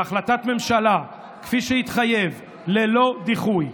בהחלטת ממשלה, כפי שהתחייב, ללא דיחוי.